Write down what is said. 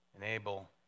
enable